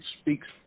speaks